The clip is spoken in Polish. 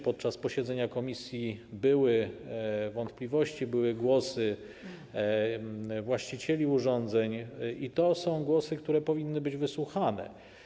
Podczas posiedzenia komisji były wątpliwości, były głosy właścicieli urządzeń i to są głosy, które powinny być wysłuchane.